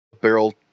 barrel